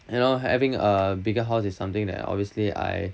you know having a bigger house is something that obviously I